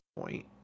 point